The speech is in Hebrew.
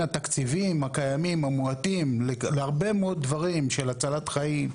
התקציבים המועטים הקיימים להרבה מאוד דברים של הצלת חיים,